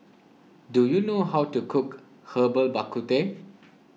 do you know how to cook Herbal Bak Ku Teh